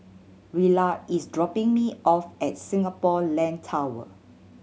Rilla is dropping me off at Singapore Land Tower